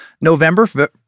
November